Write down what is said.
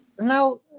now